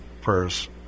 prayers